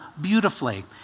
beautifully